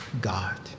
God